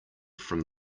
from